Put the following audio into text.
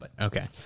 Okay